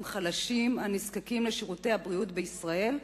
חלשים הנזקקים לשירותי הבריאות בישראל,